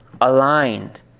aligned